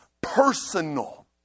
personal